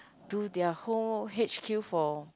to their whole h_q for